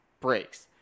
breaks